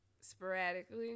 sporadically